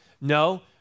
No